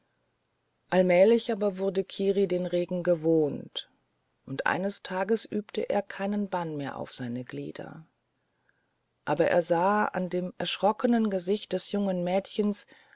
allmählich aber wurde kiri den regen gewohnt und eines tages übte er keinen bann mehr auf seine glieder aber er sah an dem erschrockenen gesicht des jungen mädchens